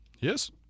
Yes